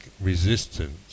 resistance